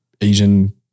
Asian